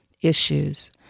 issues